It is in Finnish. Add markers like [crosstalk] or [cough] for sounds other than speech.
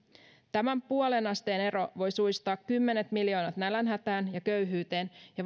tämä puolen asteen ero voi suistaa kymmenet miljoonat nälänhätään ja köyhyyteen ja [unintelligible]